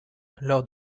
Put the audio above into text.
lors